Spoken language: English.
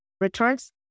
returns